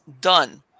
done